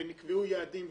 נקבעו יעדים,